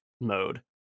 mode